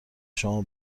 شما